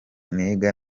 niga